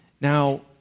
Now